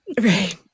Right